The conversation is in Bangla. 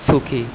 সুখী